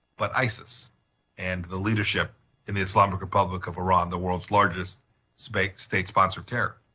but isis and the leadership in the islamic republic of iran, the world's largest state state sponsor of terror.